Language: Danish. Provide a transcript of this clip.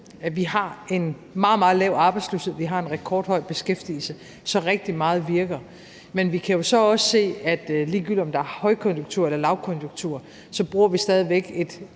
har en meget, meget lav arbejdsløshed, og vi har en rekordhøj beskæftigelse. Så rigtig meget virker. Men vi kan jo så også se, at vi, ligegyldigt om der er højkonjunktur eller lavkonjunktur, så stadig væk